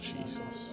Jesus